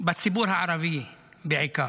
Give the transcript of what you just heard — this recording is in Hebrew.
בציבור הערבי בעיקר.